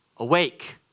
Awake